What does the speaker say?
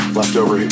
leftover